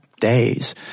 days